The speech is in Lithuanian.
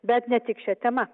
bet ne tik šia tema